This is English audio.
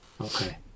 okay